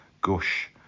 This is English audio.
Gush